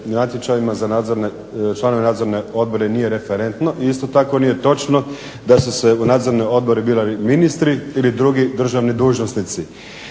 natječajima za članove nadzornih odbora nije referentno i isto tako nije točno da su se u nadzorne odbore birali ministri ili drugi državni dužnosnici.